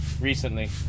Recently